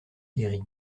herri